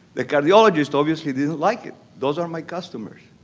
the cardiologist obviously didn't like it. those are my customers.